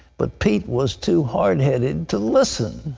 but pete was too hard-headed to listen.